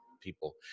people